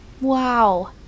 Wow